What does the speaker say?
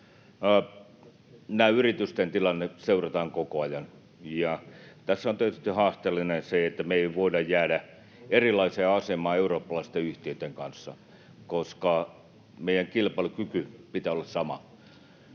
Yritysten tilannetta seurataan koko ajan. Tässä on tietysti haasteellista se, että me ei voida jäädä erilaiseen asemaan eurooppalaisten yhtiöitten kanssa, koska meidän kilpailukyvyn pitää olla sama.